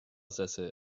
sessel